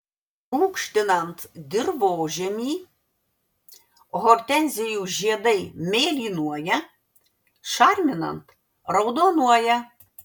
rūgštinant dirvožemį hortenzijų žiedai mėlynuoja šarminant raudonuoja